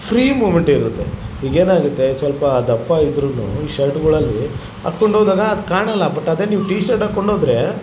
free movement ಇರುತ್ತೆ ಈಗೇನಾಗುತ್ತೆ ಸ್ವಲ್ಪ ದಪ್ಪ ಇದ್ರು ಈ ಶರ್ಟ್ಗಳಲ್ಲಿ ಹಾಕೊಂಡು ಹೋದಾಗ ಅದು ಕಾಣೊಲ್ಲ ಬಟ್ ಅದೇ ನೀವು ಟಿ ಶರ್ಟ್ ಹಾಕೊಂಡು ಹೋದ್ರೆ